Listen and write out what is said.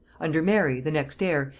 under mary, the next heir,